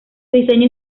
diseño